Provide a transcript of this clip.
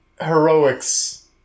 heroics